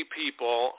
people